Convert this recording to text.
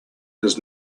does